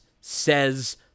says